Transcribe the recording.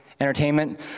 entertainment